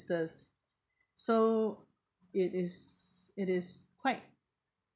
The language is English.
~ters so it is it is quite